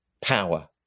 power